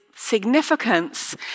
significance